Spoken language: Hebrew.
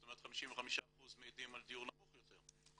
זאת אומרת 55% מעידים על דיור נמוך יותר.